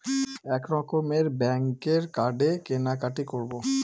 এক রকমের ব্যাঙ্কের কার্ডে কেনাকাটি করব